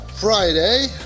Friday